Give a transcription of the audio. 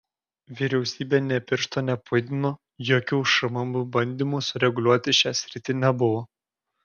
vyriausybė nė piršto nepajudino jokių šmm bandymų sureguliuoti šią sritį nebuvo